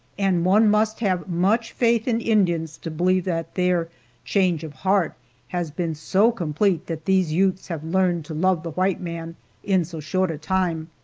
and one must have much faith in indians to believe that their change of heart has been so complete that these utes have learned to love the white man in so short a time.